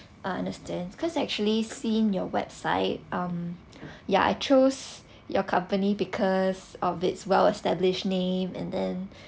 ah understand because actually seen your website um yeah I chose your company because of its well established name and then